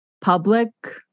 public